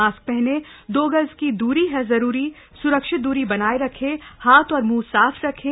mask पहनें दो गज दूरी है जरूरी स्रक्षित दूरी बनाए रखें हाथ और मुंह साफ रखें